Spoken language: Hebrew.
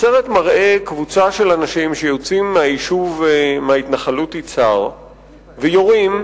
הסרט מראה קבוצה של אנשים שיוצאים מההתנחלות יצהר ויורים,